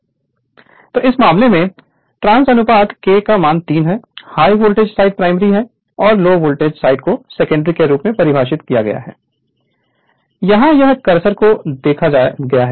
Refer Slide Time 0434 तो इस मामले में ट्रांस अनुपात K 3 high voltage side primary है लो वोल्टेज साइड को सेकेंडरी के रूप में परिभाषित किया गया है यहां यह कर्सर पर देखा गया है